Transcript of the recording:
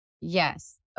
yes